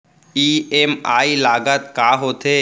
EMI लागत का होथे?